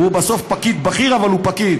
והוא בסוף פקיד בכיר, אבל פקיד.